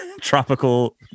tropical